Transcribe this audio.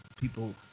people